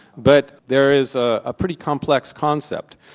but there is a pretty complex concept,